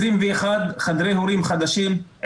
21 חדרי הורים חדשים,